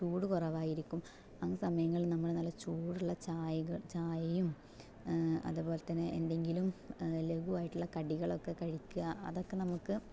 ചൂട് കുറവായിരിക്കും ആ സമയങ്ങളിൽ നമ്മൾ നല്ല ചൂടുള്ള ചായകൾ ചായയും അതുപോലെ തന്നെ എന്തെങ്കിലും ലഘുവായിട്ടുള്ള കടികളൊക്കെ കഴിക്കുക അതൊക്കെ നമുക്ക്